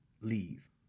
leave